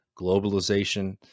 globalization